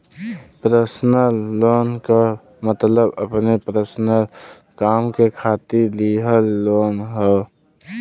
personal loan क मतलब अपने पर्सनल काम के खातिर लिहल लोन हौ